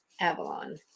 Avalon